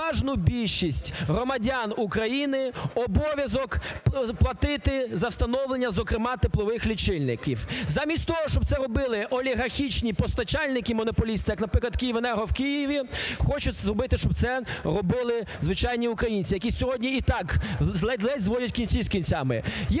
переважну більшість громадян України обов'язок платити за встановлення, зокрема, теплових лічильників. Замість того, щоб це робили олігархічні постачальники-монополісти, як наприклад, "Київенерго" в Києві, хочуть зробити, щоб це робили звичайні українці, які сьогодні і так ледь-ледь зводять кінці з кінцями.